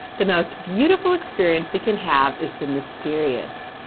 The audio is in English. the most beautiful experience we can have is the mysterious,